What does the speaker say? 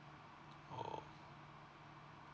orh